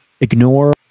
ignore